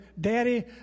Daddy